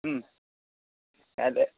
কাইলৈ